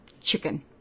chicken